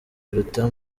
biruta